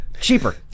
cheaper